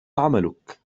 عملك